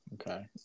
Okay